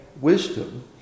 wisdom